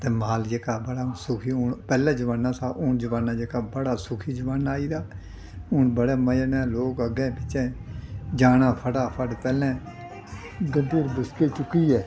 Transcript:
ते माल जेह्का बड़ा सुखी हून पैह्ले जमान्ना था हून जमान्ना जेह्का बड़ा सुखी जमाना आई गेदा हून बड़े मजै नै लोक अग्गें पिच्छें जाना फटाफट पैह्लें गगर बुछके चुक्कियै